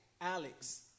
Alex